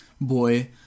boy